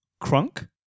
crunk